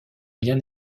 bien